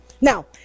Now